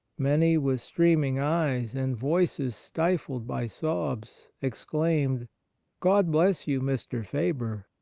many, with streaming eyes and voices stifled by sobs, exclaimed god bless you, mr. faber,